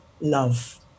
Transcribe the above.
love